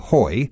Hoi